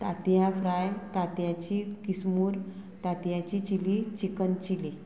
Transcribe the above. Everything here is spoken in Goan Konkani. तांतयां फ्राय तांतयांची किसमूर तांतयांची चिली चिकन चिली